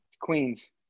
Queens